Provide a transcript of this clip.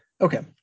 Okay